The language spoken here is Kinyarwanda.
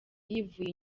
yivuye